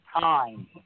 time